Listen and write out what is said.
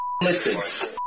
listen